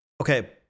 Okay